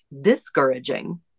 discouraging